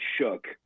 shook